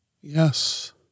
Yes